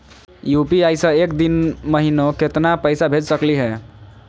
UPI स एक दिनो महिना केतना पैसा भेज सकली हे?